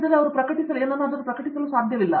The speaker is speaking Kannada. ದೀಪಾ ವೆಂಕಟೇಶ್ ಇಲ್ಲದಿದ್ದರೆ ನೀವು ಪ್ರಕಟಿಸಲು ಸಾಧ್ಯವಿಲ್ಲ